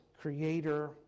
creator